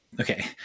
Okay